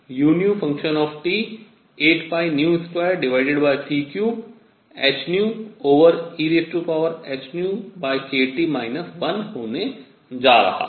और इसलिए u 82c3hν ehνkT 1 होने जा रहा है